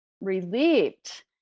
relieved